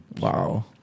Wow